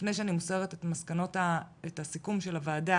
לפני שאני מוסרת את הסיכום של הוועדה,